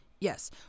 Yes